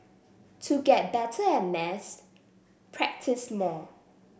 to get better at maths practice more